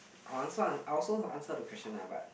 I want I also answer the question ah but